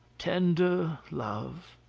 tender love.